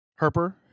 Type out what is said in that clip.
Herper